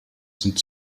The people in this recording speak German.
sind